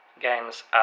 games